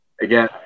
Again